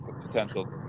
potential